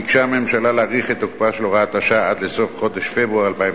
ביקשה הממשלה להאריך את תוקפה של הוראת השעה עד סוף חודש פברואר 2012,